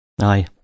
Aye